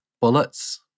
bullets